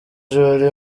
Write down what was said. jolly